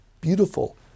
beautiful